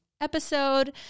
episode